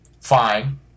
fine